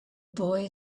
boy